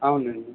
అవును అండి